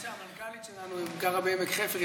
המנכ"לית שלנו גרה בעמק חפר,